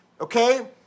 okay